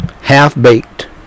half-baked